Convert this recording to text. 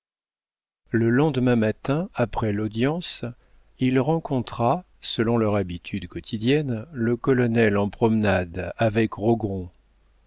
le lendemain matin après l'audience il rencontra selon leur habitude quotidienne le colonel en promenade avec